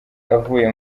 avuye